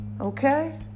Okay